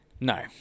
No